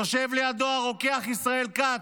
יושב לידו הרוקח ישראל כץ,